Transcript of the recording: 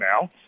now